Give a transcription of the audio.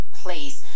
place